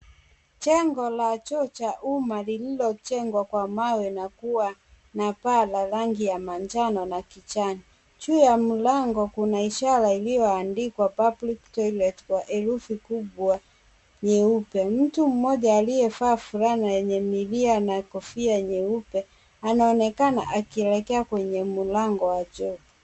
Jengo la choo cha umma lililojengwa kwa mawe na ua na paa la rangi ya manjano na kijani. Juu ya mlango kuna ishara iliyoandikwa public toilet kwa herufi kubwa nyeupe. Mtu mmoja aliyevaa fulana yenye milia na kofia nyeupe anaonekana akielekea kwenye mlango wa choo.